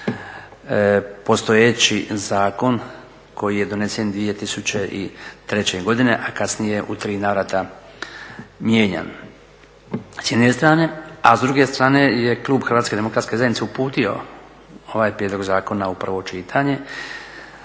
postojeći zakon koji je donesen 2003. godine, a kasnije u tri navrata mijenjan, s jedne strane. A s druge strane je klub HDZ-a uputio ovaj prijedlog zakona u prvo čitanje